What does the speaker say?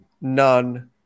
none